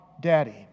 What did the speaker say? Daddy